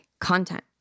content